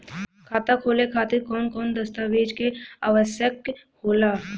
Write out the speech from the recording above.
खाता खोले खातिर कौन कौन दस्तावेज के आवश्यक होला?